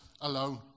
alone